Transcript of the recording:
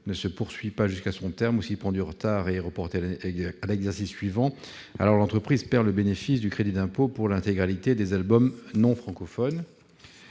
ne se poursuit pas jusqu'à son terme ou s'il prend du retard et est reporté à l'exercice suivant, alors l'entreprise perd le bénéfice du crédit d'impôt pour l'intégralité des albums non francophones.